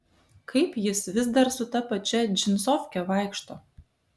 kaip jis vis dar su ta pačia džinsofke vaikšto